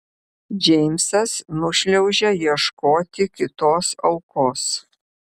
džeimsas nušliaužia ieškoti kitos aukos